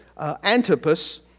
Antipas